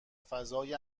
فضای